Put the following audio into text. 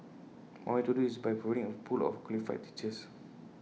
one way to do this is by providing A pool of qualified teachers